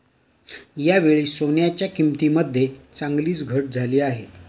यावेळी सोन्याच्या किंमतीमध्ये चांगलीच घट झाली आहे